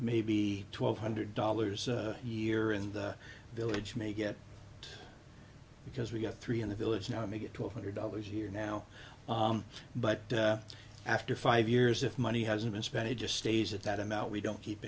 maybe twelve hundred dollars a year and the village may get it because we got three in the village now we get two hundred dollars here now but after five years if money hasn't been spent it just stays at that amount we don't keep